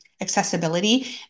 accessibility